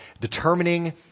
determining